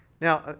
now,